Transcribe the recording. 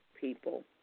people